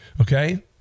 okay